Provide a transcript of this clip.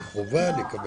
שחובה לקבל.